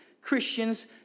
Christians